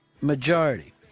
majority